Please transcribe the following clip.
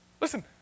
Listen